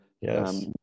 Yes